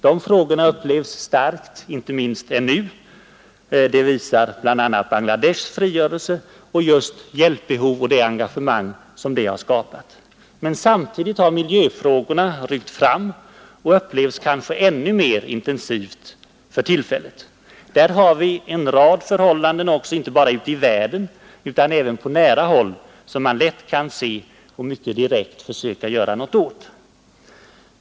De frågorna upplevs starkt ännu — det visar bl.a. Bangladeshs frigörelse och den hjälpvilja och det engagemang som denna frigörelse har skapat. Men samtidigt har miljöfrågorna ryckt fram och upplevs kanske ännu mer intensivt för tillfället. Där har vi en rad förhållanden inte bara ute i världen utan även på nära håll som man lätt kan se och mycket direkt försöka göra något åt.